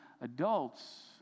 adults